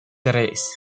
tres